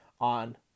on